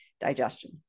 digestion